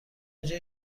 اینجا